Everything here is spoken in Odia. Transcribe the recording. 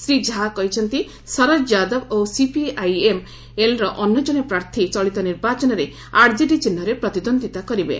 ଶ୍ରୀ ଝା କହିଛନ୍ତି ଶରଦ ଯାଦବ ଓ ସିପିଆଇଏମ୍ଏଲର ଅନ୍ୟ ଜଣେ ପ୍ରାର୍ଥୀ ଚଳିତ ନିର୍ବାଚନରେ ଆରଜେଡି ଚିହ୍ନରେ ପ୍ରତିଦ୍ୱନ୍ଦିତା କରିବେ